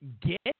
get